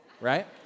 right